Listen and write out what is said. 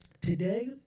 Today